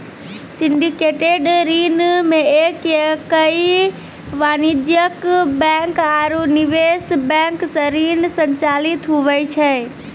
syndicated ऋण मे एक या कई वाणिज्यिक बैंक आरू निवेश बैंक सं ऋण संचालित हुवै छै